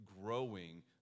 growing